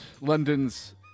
London's